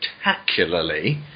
spectacularly